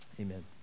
Amen